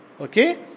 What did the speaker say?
Okay